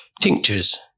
tinctures